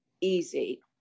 easy